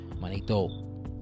Manito